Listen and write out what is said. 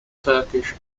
turkish